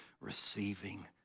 receiving